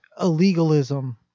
illegalism